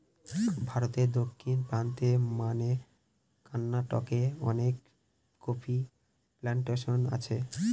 ভারতে দক্ষিণ প্রান্তে মানে কর্নাটকে অনেক কফি প্লানটেশন আছে